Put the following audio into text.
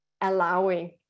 allowing